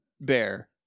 bear